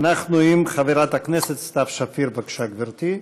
אנחנו עם חברת הכנסת סתיו שפיר, בבקשה, גברתי.